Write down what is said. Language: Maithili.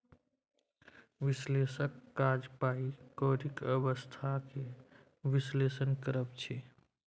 बिश्लेषकक काज पाइ कौरीक अबस्था केँ बिश्लेषण करब छै